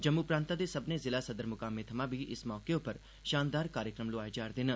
जम्मू प्रांता दे सब्मनें जिला सदर मुकामें थमां बी इस मौके उप्पर शानदार कार्यक्रम लोआए जा'रदे न